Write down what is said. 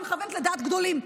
אני מכוונת לדעת גדולים.